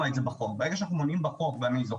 אבל אני כרשות לא יכול לבוא ולפרוס סיבים,